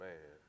Man